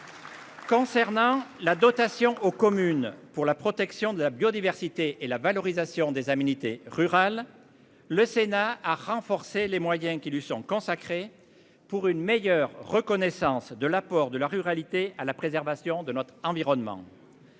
Concernant la dotation aux communes pour la protection de la biodiversité et la valorisation des aménité rural. Le Sénat à renforcer les moyens qui lui sont consacrés pour une meilleure reconnaissance de l'apport de la ruralité à la préservation de notre environnement.--